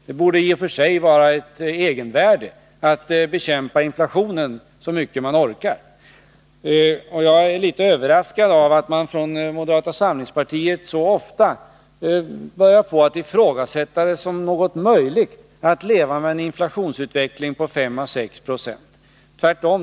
Det borde i och för sig ha ett egenvärde att bekämpa inflationen så mycket man orkar. Jag är litet överraskad av att man från moderata samlingspartiet så ofta ifrågasätter det möjliga i att nå en inflation på 5 å 6 Jo.